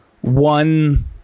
one